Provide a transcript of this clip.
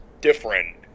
different